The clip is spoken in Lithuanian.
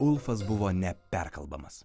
ulfas buvo neperkalbamas